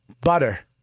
butter